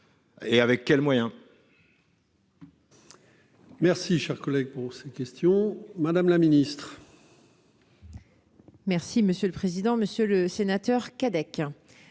Et avec quels moyens ?